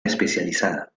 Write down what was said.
especializada